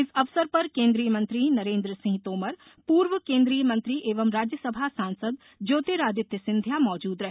इस अवसर पर केंद्रीय मंत्री नरेन्द्र सिंह तोमर पूर्व केंद्रीय मंत्री एवं राज्यसभा सांसद ज्योतिरादित्य सिंधिया मौजूद रहे